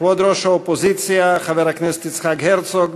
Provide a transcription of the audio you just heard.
כבוד ראש האופוזיציה חבר הכנסת יצחק הרצוג,